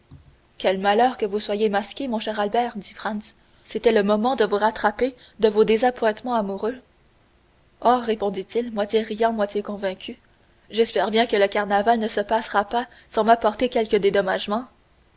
quel malheur que vous soyez masqué mon cher albert dit franz c'était le moment de vous rattraper de vos désappointements amoureux oh répondit-il moitié riant moitié convaincu j'espère bien que le carnaval ne se passera pas sans m'apporter quelque dédommagement